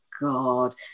god